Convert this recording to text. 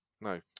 No